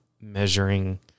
measuring